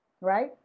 right